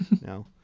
No